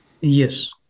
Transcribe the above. Yes